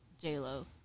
J-Lo